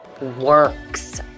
works